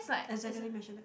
executive mansionette